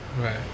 Right